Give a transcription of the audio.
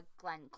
Glenn